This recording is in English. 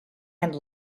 and